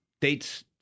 dates